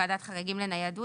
ועדת חריגים לניידות,